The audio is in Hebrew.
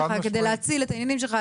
כדי להציל את העניינים שלך,